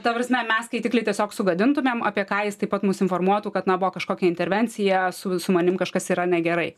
ta prasme mes skaitiklį tiesiog sugadintumėm apie ką jis taip pat mus informuotų kad na buvo kažkokia intervencija su su manim kažkas yra negerai